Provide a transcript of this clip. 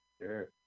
Sure